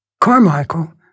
Carmichael